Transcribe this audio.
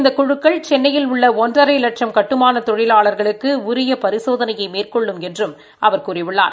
இந்த குழுக்கள் சென்னையில் உள்ள ஒன்றரை லட்சம் கட்டுமான தொழிலாளா்களுக்கு உரிய பரிசோதனையை மேற்கொள்ளும் என்றும் அவர் கூறியுள்ளார்